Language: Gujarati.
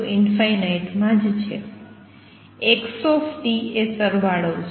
x એ સરવાળો છે